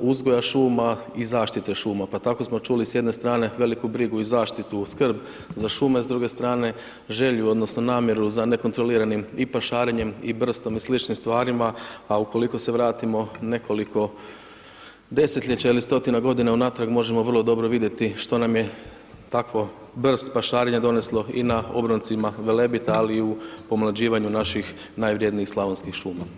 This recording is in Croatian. uzgoja šuma i zaštite šuma, pa tako smo čuli s jedne strane veliku brigu i zaštitu skrb za šume, s druge strane želju odnosno namjeru za nekontroliranim i pašarenjem, i brstom, i sličnim stvarima, a ukoliko se vratimo nekoliko desetljeća ili stotina godina unatrag, možemo vrlo dobro vidjeti što nam je takvo brst pašarenja doneslo i na obroncima Velebita, ali i u pomlađivanju naših najvrjednijih slavonskih šuma.